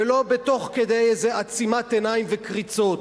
ולא תוך כדי איזה עצימת עיניים וקריצות.